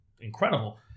incredible